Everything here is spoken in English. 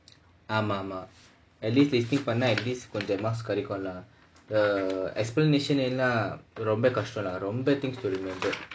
ஆமாமா:aamaamaa at least நீ:nee fill பண்ணா:pannaa at least கொஞ்சம்:koncham marks கிடைக்கும்:kidaikkum lah the explanation எல்லாம் ரொம்ப கஷ்டம்:ellaam romba kashtam lah ரொம்ப:romba things to remember